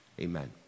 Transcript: Amen